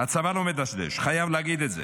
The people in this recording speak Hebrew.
הצבא לא מדשדש, אני חייב להגיד את זה.